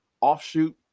offshoot